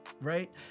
right